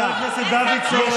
הבעיה הגדולה שלך,